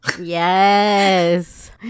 Yes